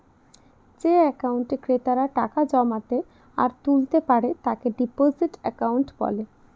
যে একাউন্টে ক্রেতারা টাকা জমাতে আর তুলতে পারে তাকে ডিপোজিট একাউন্ট বলে